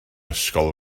ysgol